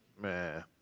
Man